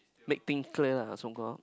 make things clear lah so called